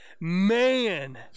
Man